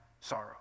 sorrow